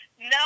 No